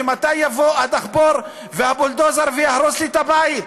מתי יבוא הדחפור והבולדוזר ויהרוס לי את הבית.